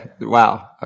Wow